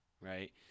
Right